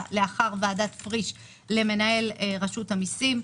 לאחר ועדת פריש למנהל רשות המיסים,